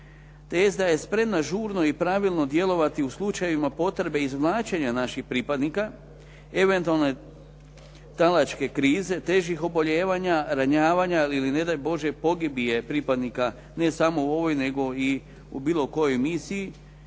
jest da je spremna žurno i pravilno djelovati u slučajevima potrebe izvlačenja naših pripadnika, eventualne talačke krize, težih obolijevanja, ranjavanja ili ne daj Bože pogibije pripadnika ne samo u ovoj nego i u bilo kojoj misiji